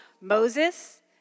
Moses